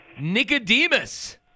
Nicodemus